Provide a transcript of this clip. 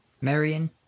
Marion